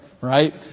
right